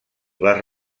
les